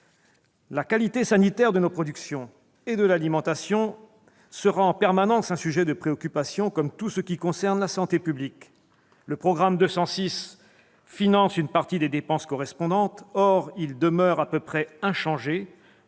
La qualité sanitaire de nos productions et de l'alimentation sera en permanence un sujet de préoccupation, comme tout ce qui concerne la santé publique. Le programme 206 finance une partie des dépenses correspondantes. Or il demeure à peu près inchangé,